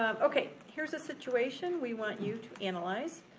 ah okay, here's a situation we want you to analyze.